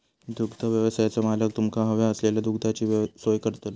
दुग्धव्यवसायाचो मालक तुमका हव्या असलेल्या दुधाची सोय करतलो